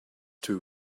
too